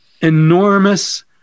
enormous